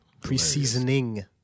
pre-seasoning